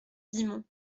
dixmont